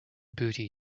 booty